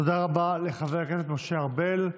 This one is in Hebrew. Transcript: תודה רבה לחבר הכנסת משה ארבל.